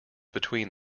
between